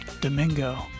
Domingo